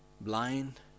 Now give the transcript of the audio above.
blind